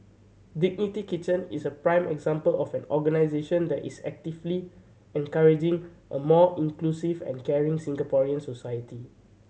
Dignity Kitchen is a prime example of an organisation that is actively encouraging a more inclusive and caring Singaporean society